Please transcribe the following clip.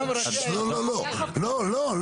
לא, לא,